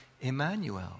Emmanuel